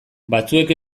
batzuek